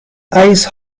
ice